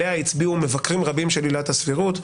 עליה הצביעו מבקרים רבים של עילת הסבירות,